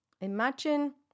imagine